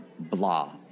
blah